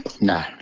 No